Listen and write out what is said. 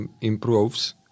improves